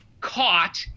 caught